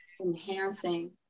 enhancing